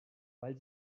weil